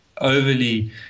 overly